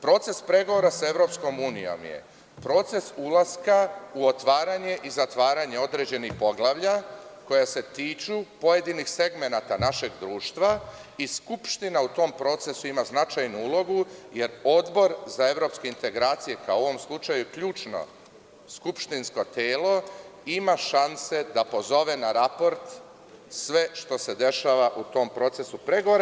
Proces pregovora sa EU je proces ulaska u otvaranje i zatvaranje određenih poglavlja koja se tiču pojedinih segmenata našeg društva i Skupština u tom procesu ima značajnu ulogu, jer Odbor za evropske integracije, kao u ovom slučaju, ključno skupštinsko telo ima šanse da pozove na raport sve što se dešava u tom procesu pregovora.